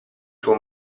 suo